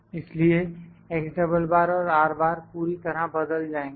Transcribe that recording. इसलिए और पूरी तरह बदल जाएंगे